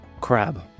crab